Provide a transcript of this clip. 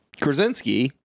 Krasinski